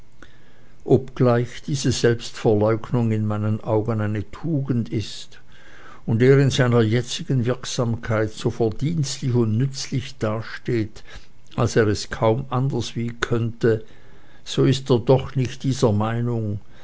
obgleich diese selbstverleugnung in meinen augen eine tugend ist und er in seiner jetzigen wirksamkeit so verdienstlich und nützlich dasteht als er es kaum anderswie könnte so ist er doch nicht dieser meinung